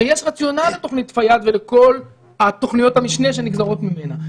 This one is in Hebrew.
הרי יש רציונל לתוכנית פיאד ולכל תוכניות המשנה שנגזרות ממנה.